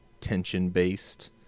tension-based